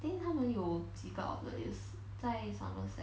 think 他们有几个 outlet 也是在 somerset